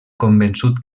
convençut